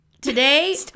Today